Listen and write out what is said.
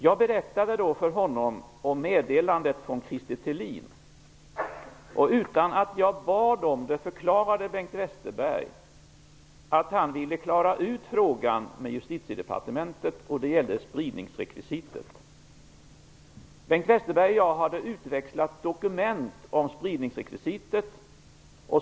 Jag berättade för honom om meddelandet från Krister Thelin. Utan att jag bad om det förklarade Bengt Westerberg att han ville klara ut frågan om spridningsrekvisitet med Justitiedepartementet. Bengt Westerberg och jag hade utväxlat dokument om spridningsrekvisitet.